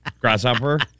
grasshopper